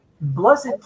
Blessed